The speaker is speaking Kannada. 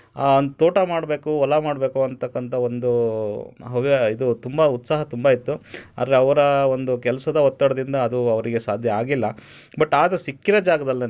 ತೋಟ ಮಾಡಬೇಕು ಹೊಲ ಮಾಡಬೇಕು ಅಂತಕ್ಕಂಥ ಒಂದು ಹವ್ಯಾಸ ಇದು ತುಂಬ ಉತ್ಸಾಹ ತುಂಬ ಇತ್ತು ಆದರೆ ಅವರ ಒಂದು ಕೆಲಸದ ಒತ್ತಡದಿಂದ ಅದು ಅವರಿಗೆ ಸಾಧ್ಯ ಆಗಿಲ್ಲ ಬಟ್ ಆದ್ರೂ ಸಿಕ್ಕಿದ ಜಾಗ್ದಲ್ಲೆ